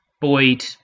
Boyd